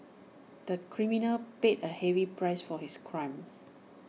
the criminal paid A heavy price for his crime